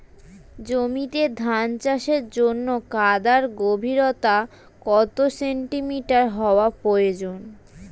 জমিতে ধান চাষের জন্য কাদার গভীরতা কত সেন্টিমিটার হওয়া প্রয়োজন?